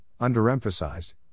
underemphasized